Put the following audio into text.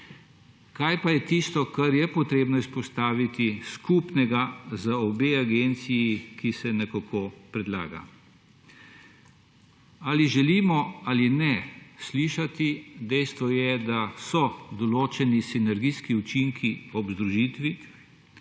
Kaj pa je, kar je treba izpostaviti, skupnega za obe agenciji, kar se predlaga? Ali želimo slišati ali ne, dejstvo je, da so določeni sinergijski učinki ob združitvi.